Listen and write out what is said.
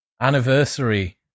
anniversary